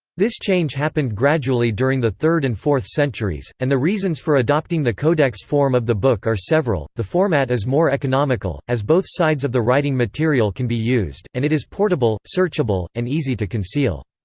this change happened gradually during the third and fourth centuries, and the reasons for adopting the codex form of the book are several the format is more economical, as both sides of the writing material can be used and it is portable, searchable, and easy to conceal.